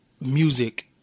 Music